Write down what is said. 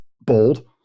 bold